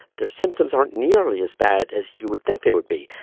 their symptoms aren't nearly as bad as you would think they would be.